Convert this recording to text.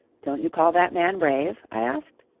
don't you call that man brave? i asked.